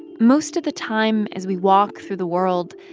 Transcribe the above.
most of the time as we walk through the world,